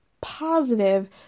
positive